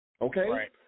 okay